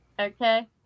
okay